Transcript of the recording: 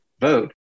vote